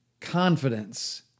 confidence